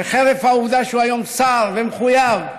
וחרף העובדה שהוא היום שר, ומחויב,